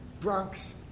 Bronx